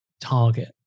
target